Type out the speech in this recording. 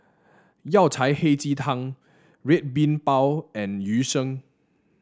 Yao Cai Hei Ji Tang Red Bean Bao and Yu Sheng